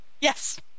Yes